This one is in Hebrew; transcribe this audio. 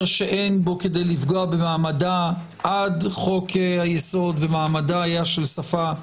אומר שאין בו כדי לפגוע במעמדה עד חוק היסוד ומעמדה היה של שפה רשמית.